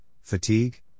fatigue